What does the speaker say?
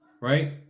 Right